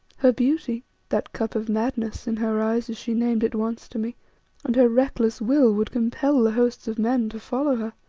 her beauty that cup of madness in her eyes, as she named it once to me and her reckless will would compel the hosts of men to follow her.